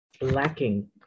lacking